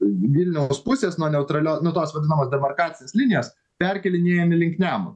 vilniaus pusės nuo neutralio nuo tos vadinamos demarkacinės linijos perkėlinėjami link nemun